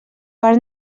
per